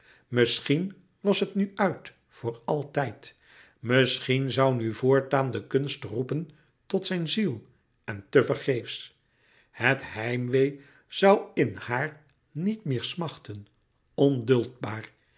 misschien was het nu uit voor altijd misschien zoû nu voortaan de kunst roepen tot zijn ziel en te vergeefs het heimwee zoû in haar niet meer smachten